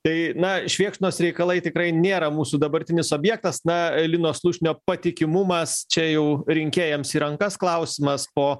tai na švėkšnos reikalai tikrai nėra mūsų dabartinis objektas na lino slušnio patikimumas čia jau rinkėjams į rankas klausimas po